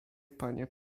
panie